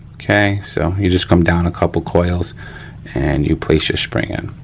okay. so, you just come down a couple coils and you place your spring in,